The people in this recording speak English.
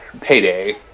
Payday